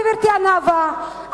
גברתי הנאווה,